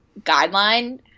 guideline